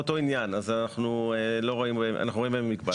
באותו עניין אז אנחנו רואים בהן מקבץ.